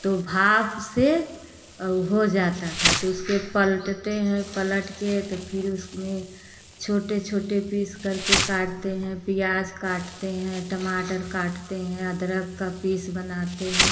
तो भाप से और हो जाता था तो उसको पलटते हैं पलट के तो फिर उसमें छोटे छोटे पीस करके काटते हैं प्याज काटते हैं टमाटर काटते हैं अदरक का पेस बनाते हैं